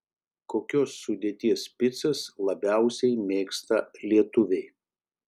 kokios sudėties picas labiausiai mėgsta lietuviai